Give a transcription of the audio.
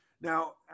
Now